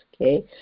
okay